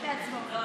שתי הצבעות.